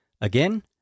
Again